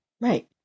Right